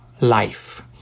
life